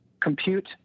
compute